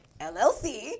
LLC